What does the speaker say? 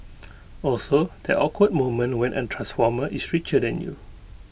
also that awkward moment when A transformer is richer than you